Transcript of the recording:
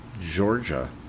Georgia